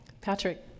Patrick